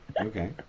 Okay